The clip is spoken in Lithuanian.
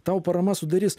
tau parama sudarys